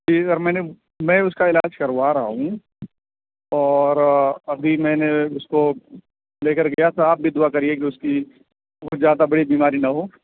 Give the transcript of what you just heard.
جی sir میں نے میں اس کا علاج کروا رہا ہوں اور ابھی میں نے اس کو لے کر گیا تھا آپ بھی دعا کریے کہ اس کی کوئی زیادہ بڑی بیماری نہ ہو